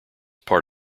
part